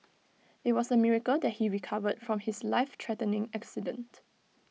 IT was A miracle that he recovered from his life threatening accident